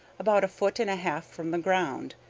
about a foot and a half from the ground,